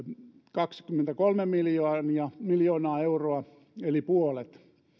kaksikymmentäkolme miljoonaa euroa eli puolet